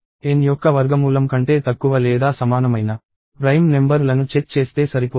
N యొక్క వర్గమూలం కంటే తక్కువ లేదా సమానమైన ప్రైమ్ నెంబర్ లను చెక్ చేస్తే సరిపోతుంది